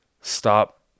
stop